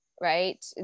right